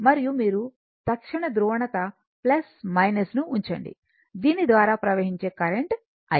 మరియు మీరు తక్షణ ధ్రువణత ను ఉంచండి దీని ద్వారా ప్రవహించే కరెంట్ I